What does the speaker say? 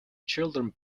children